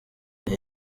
iyi